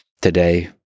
today